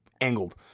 angled